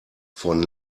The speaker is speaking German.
von